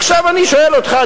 עכשיו אני שואל אותך,